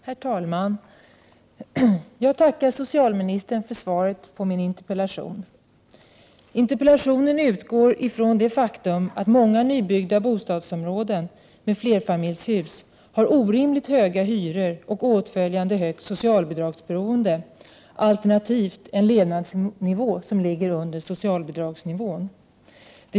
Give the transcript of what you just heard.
Herr talman! Jag tackar socialministern för svaret på min interpellation. I interpellationen utgår jag från det faktum att många nybyggda bostadsområden med flerfamiljshus har orimligt höga hyror med åtföljande stort socialbidragsberoende/en levnadsnivå under socialbidragsnivån.